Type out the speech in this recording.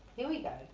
here we go.